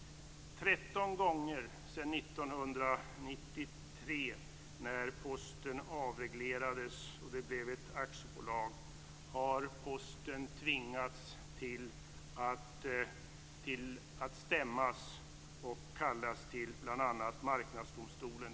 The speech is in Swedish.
13 gånger sedan 1993 när Posten avreglerades och det blev ett aktiebolag har Posten stämts och kallats till bl.a. Marknadsdomstolen.